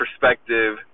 perspective